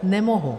Nemohu.